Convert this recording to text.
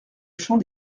champ